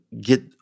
get